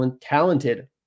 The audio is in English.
talented